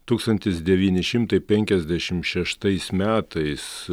tūkstantis devyni šimtai penkiasdešimt šeštais metais